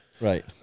Right